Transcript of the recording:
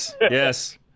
yes